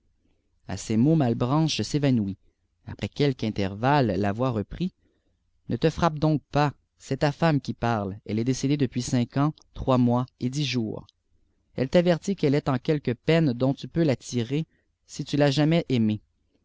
a ces pots mahebranhe s'yanouit après qjielque intepalle la voix féprit ee te frappé donc pas c'eet ta femme qui parle elle est décédée depuis cinq ans trois mois et dix jaiirs elle t'averlll qu'cftie est en quelque peine dent tu peux la tirer si tu l'as jamais aimée